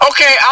Okay